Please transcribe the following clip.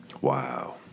Wow